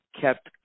kept